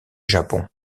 japon